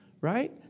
right